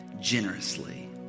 generously